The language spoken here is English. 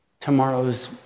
tomorrow's